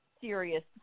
serious